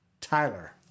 Tyler